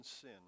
sin